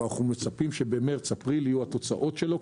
ואנחנו מצפים שבמרס-אפריל יהיו התוצאות שלו.